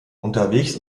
unterwegs